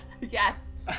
Yes